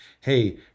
hey